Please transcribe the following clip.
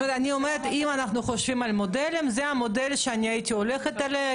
אם אנחנו חושבים על מודלים זה המודל שאני הייתי הולכת עליו,